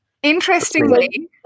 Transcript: Interestingly